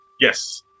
Yes